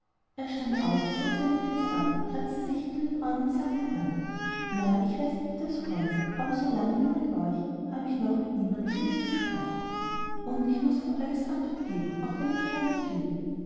er stand auf zog seine mütze ab kratzte sich hinter den ohren und sagte dann na ich weiß nicht wie das kommt aber so lange wie mit euch habe ich noch mit niemand im leben gesprochen und ich muß euch auf alles antwort geben wenn ich auch gar nicht will